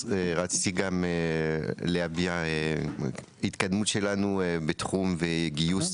רציתי גם להביע התקדמות שלנו בתחום וגיוס